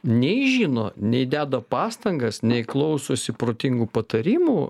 nei žino nei deda pastangas nei klausosi protingų patarimų